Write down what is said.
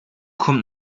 kommt